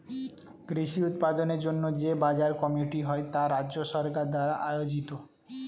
কৃষি উৎপাদনের জন্য যে বাজার কমিটি হয় তা রাজ্য সরকার দ্বারা আয়োজিত